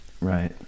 Right